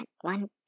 One